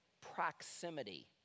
proximity